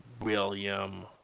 William